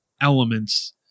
elements